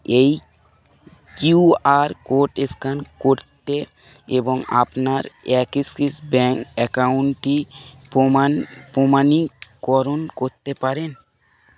এই QR code scan করতে এবং আপনার অ্যাক্সিস ব্যাঙ্ক অ্যাকাউন্টটি প্রমাণ প্রমাণীকরণ করতে পারেন